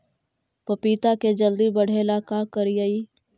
पपिता के जल्दी बढ़े ल का करिअई?